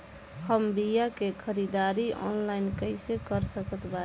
हम बीया के ख़रीदारी ऑनलाइन कैसे कर सकत बानी?